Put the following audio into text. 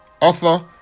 author